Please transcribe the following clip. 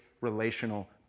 relational